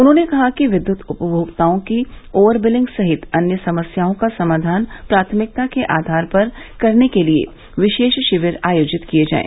उन्होंने कहा कि विद्युत उपभोक्ताओं की ओवर बिलिंग सहित अन्य समस्याओं का समाधान प्राथमिकता के आधार पर करने के लिए विशेष शिविर आयोजित किये जायें